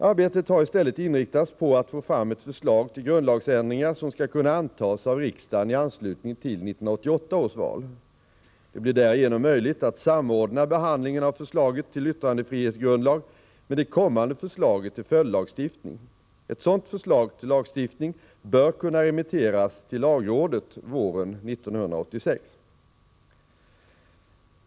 Arbetet har i stället inriktats på att få fram ett förslag till grundlagsändringar som skall kunna antas av riksdagen i anslutning till 1988 års val. Det blir därigenom möjligt att samordna behandlingen av förslaget till yttrandefrihetsgrundlag med det kommande förslaget till följdlagstiftning. Ett sådant förslag till lagstiftning bör kunna remitteras till lagrådet våren 1986.